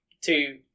two